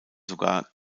sogar